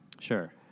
Sure